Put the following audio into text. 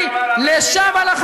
תן לי לשמוע.